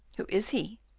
who is he?